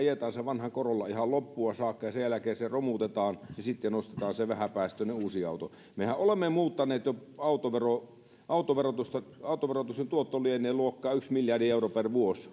ajetaan se vanha corolla ihan loppuun saakka ja sen jälkeen se romutetaan ja sitten ostetaan se vähäpäästöinen uusi auto mehän olemme jo muuttaneet autoverotusta autoverotuksen tuotto lienee suurin piirtein luokkaa yksi miljardi euroa per vuosi